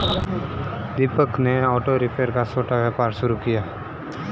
दीपक ने auto repair का छोटा व्यापार शुरू किया